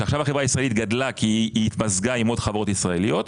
שעכשיו החברה הישראלית גדלה כי היא התמזגה עם עוד חברות ישראליות,